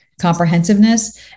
comprehensiveness